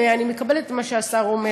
ואני מקבלת את מה שהשר אומר,